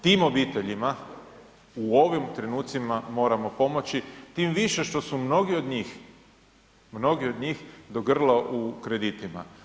Tim obiteljima u ovim trenucima moramo pomoći, tim više što su mnogi od njih, mnogi od njih do grla u kreditima.